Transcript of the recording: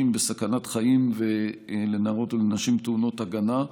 בסכנת חיים ולנערות ולנשים טעונות הגנה.